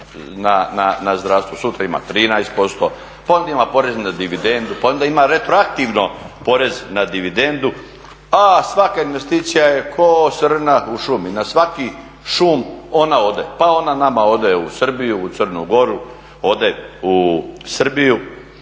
na zdravstvo, sutra ima 13%, pa onda ima porez na dividendu, pa onda ima retroaktivno porez na dividendu, a svaka investicija je kao srna u šumi, na svaki šum, ona ode. Pa ona nama ode u Srbiju, u Crnu Goru, ode u Srbiju,